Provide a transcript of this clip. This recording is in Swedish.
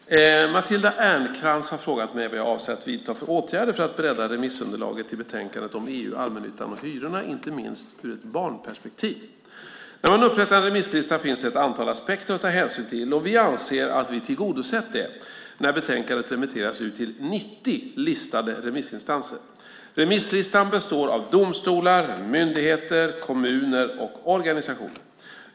Fru talman! Matilda Ernkrans har frågat mig vad jag avser att vidta för åtgärder för att bredda remissunderlaget till betänkandet om EU, allmännyttan och hyrorna, inte minst ur ett barnperspektiv. När man upprättar en remisslista finns det ett antal aspekter att ta hänsyn till, och vi anser att vi tillgodosett det när betänkandet remitterats till 90 listade remissinstanser. Remisslistan består av domstolar, myndigheter, kommuner och organisationer.